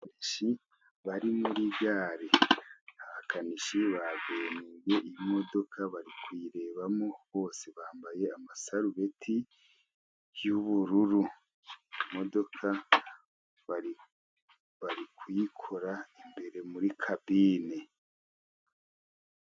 Abakanishi bari muri gare, abakanishi babenuye imodoka bari kuyirebamo bose, bambaye amasarubeti y'ubururu, imodoka bari kuyikora imbere muri kabine.